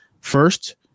first